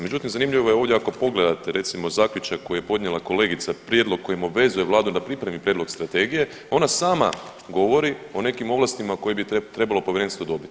Međutim, zanimljivo je ovdje, ako pogledate recimo, zaključak koji je podnijela kolegica, prijedlog kojim obvezuje Vladu da pripremi prijedlog Strategije, ona sama govori o nekim ovlastima koje bi trebalo Povjerenstvo dobiti.